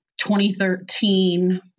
2013